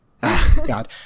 God